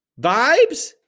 Vibes